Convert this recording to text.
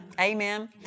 Amen